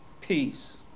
peace